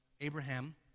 Abraham